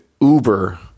Uber